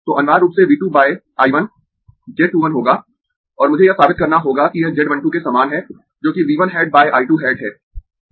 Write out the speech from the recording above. तो अनिवार्य रूप से V 2 बाय I 1 Z 2 1 होगा और मुझे यह साबित करना होगा कि यह Z 1 2 के समान है जोकि V 1 hat by I 2 hat है